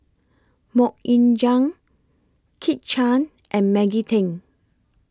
Mok Ying Jang Kit Chan and Maggie Teng